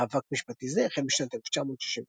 מאבק משפטי זה החל בשנת 1965,